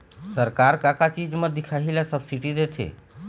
सरकार का का चीज म दिखाही ला सब्सिडी देथे?